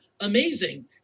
amazing